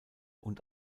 und